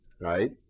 right